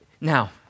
Now